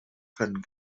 können